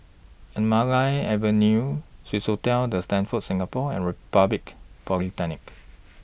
Anamalai Avenue Swissotel The Stamford Singapore and Republic Polytechnic